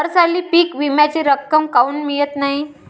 हरसाली पीक विम्याची रक्कम काऊन मियत नाई?